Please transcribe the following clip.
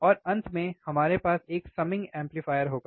और अंत में हमारे पास एक समिंग एम्पलीफायर होगा